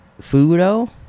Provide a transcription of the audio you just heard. Fudo